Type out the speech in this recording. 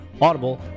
Audible